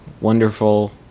Wonderful